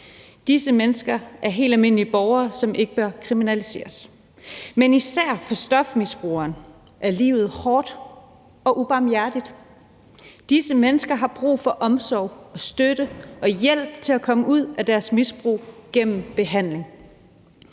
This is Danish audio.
Disse mennesker er helt almindelige borgere, som ikke bør kriminaliseres. Men især for stofmisbrugeren er livet hårdt og ubarmhjertigt. Disse mennesker har brug for omsorg og støtte og hjælp til at komme ud af deres misbrug gennem behandling.